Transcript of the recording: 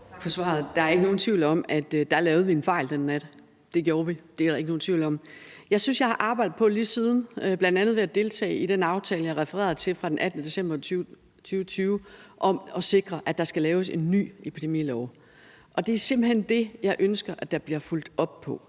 Tak for svaret. Der er ikke nogen tvivl om, at vi lavede en fejl den nat. Det gjorde vi. Det er der ikke nogen tvivl om. Jeg vil sige, at jeg har arbejdet på det lige siden, bl.a. ved at deltage i den aftale, jeg refererede til, fra den 18. december 2020, om at sikre, at der skal laves en ny epidemilov. Det er simpelt hen det, jeg ønsker der bliver fulgt op på.